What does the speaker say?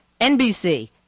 NBC